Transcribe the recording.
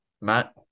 Matt